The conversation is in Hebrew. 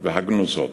תרבות ולשון,